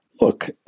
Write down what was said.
look